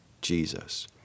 Jesus